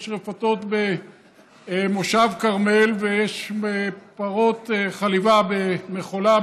יש רפתות במושב כרמל ויש פרות חליבה במחולה,